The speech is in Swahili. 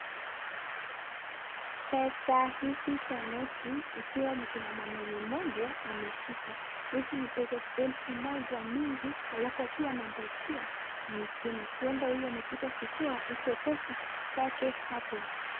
Pesa hizi za noti ikiwa kuna mwanaume mmoja ameshika hizi ni pesa elfu moja mingi alafu akiwa anampatia mwingine huenda huyu amekuja kutoa hizo pesa zake hapo.